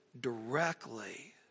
directly